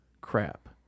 crap